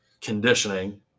conditioning